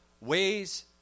ways